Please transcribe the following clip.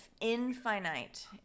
Infinite